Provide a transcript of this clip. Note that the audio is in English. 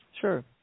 Sure